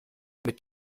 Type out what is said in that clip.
mit